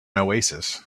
oasis